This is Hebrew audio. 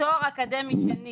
תואר אקדמי שני